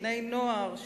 בני-נוער,